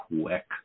quick